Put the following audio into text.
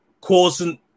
causing